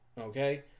okay